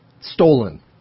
Stolen